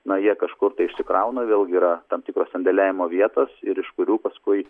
na jie kažkur tai išsikrauna vėlgi yra tam tikros sandėliavimo vietos ir iš kurių paskui